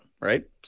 right